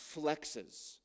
flexes